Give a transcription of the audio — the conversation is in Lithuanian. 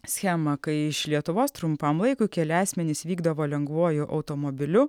schemą kai iš lietuvos trumpam laikui keli asmenys vykdavo lengvuoju automobiliu